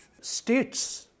state's